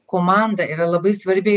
komanda yra labai svarbi